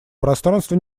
пространство